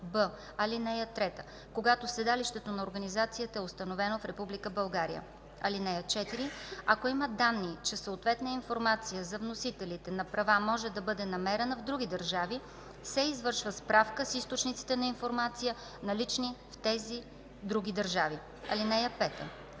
ал. 3, когато седалището на организацията е установено в Република България. (4) Ако има данни, че съответна информация за носителите на права може да бъде намерена в други държави, се извършва справка с източниците на информация, налични в тези други държави. (5)